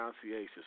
pronunciation